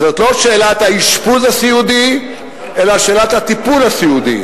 וזאת לא שאלת האשפוז הסיעודי אלא שאלת הטיפול הסיעודי,